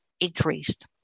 increased